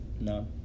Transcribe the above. No